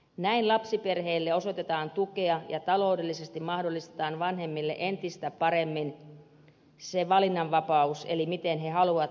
näin lapsiperheille osoitetaan tukea ja taloudellisesti mahdollistetaan vanhemmille entistä paremmin valinnanvapaus eli se miten he haluavat lapsiansa hoitaa